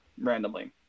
randomly